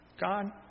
God